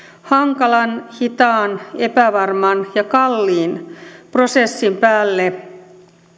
hankalan hitaan epävarman ja kalliin prosessin päälle